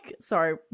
sorry